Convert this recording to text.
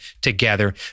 together